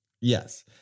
Yes